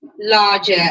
larger